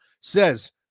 says